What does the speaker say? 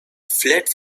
fled